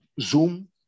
Zoom